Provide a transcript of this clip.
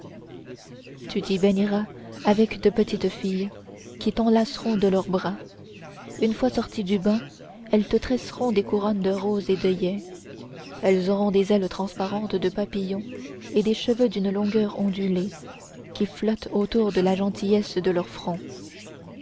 tu t'y baigneras avec de petites filles qui t'enlaceront de leurs bras une fois sortis du bain elles te tresseront des couronnes de roses et d'oeillets elles auront des ailes transparentes de papillon et des cheveux d'une longueur ondulée qui flottent autour de la gentillesse de leur front